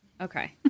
Okay